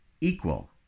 equal